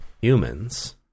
humans